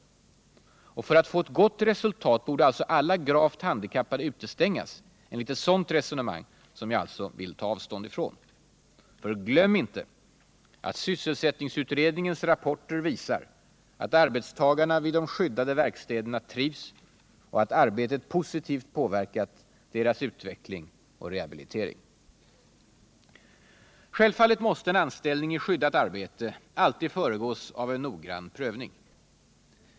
För att få ett gott resultat borde alltså alla gravt handikappade utestängas enligt detta resonemang, som jag alltså tar avstånd från. Och glöm inte att sysselsättningsutredningens rapporter visar att arbetstagarna vid de skyddade verkstäderna trivs och att arbetet positivt påverkat deras utveckling och rehabilitering. Självfallet måste en anställning i skyddat arbete alltid föregås av en noggrann prövning.